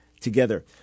together